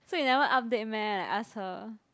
so you never update meh like ask her